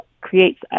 creates